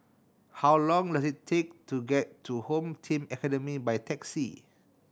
how long does it take to get to Home Team Academy by taxi